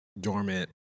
dormant